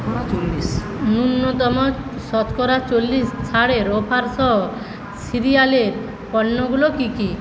ন্যূনতম শতকরা চল্লিশ ছাড়ের অফার সহ সিরিয়ালের পণ্যগুলো কী কী